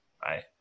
bye